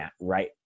right